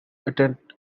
attend